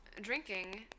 drinking